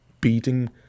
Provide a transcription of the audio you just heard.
beating